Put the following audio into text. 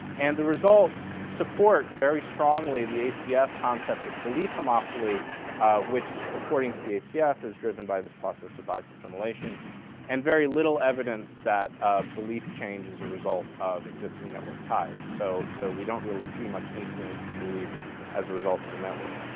and the results support very strongly the acf concept of belief homophily which according to the acf is driven by this process of biased assimilation and very little evidence that ah belief changes are result of existing network ties. so so we don't really see much influence in beliefs as a result of the network.